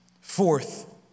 Fourth